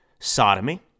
sodomy